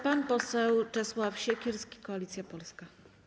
Pan poseł Czesław Siekierski, Koalicja Polska.